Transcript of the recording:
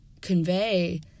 convey